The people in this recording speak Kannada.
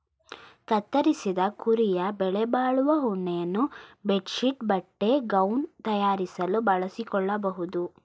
ಕತ್ತರಿಸಿದ ಕುರಿಯ ಬೆಲೆಬಾಳುವ ಉಣ್ಣೆಯನ್ನು ಬೆಡ್ ಶೀಟ್ ಬಟ್ಟೆ ಗೌನ್ ತಯಾರಿಸಲು ಬಳಸಿಕೊಳ್ಳಬೋದು